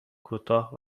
کوتاه